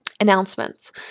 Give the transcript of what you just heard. Announcements